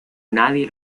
nadie